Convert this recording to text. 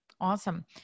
Awesome